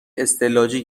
استعلاجی